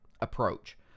approach